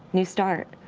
new start.